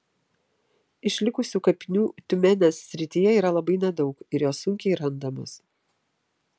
išlikusių kapinių tiumenės srityje yra labai nedaug ir jos sunkiai randamos